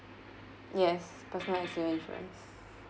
yes personal accident insurance